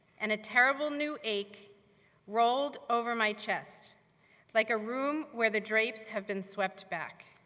and a terrible new ache rolled over my chest like a room where the drapes have been swept back.